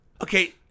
okay